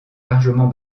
largement